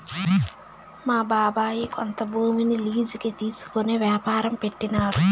మా బాబాయ్ కొంత భూమిని లీజుకి తీసుకునే యాపారం పెట్టినాడు